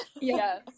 Yes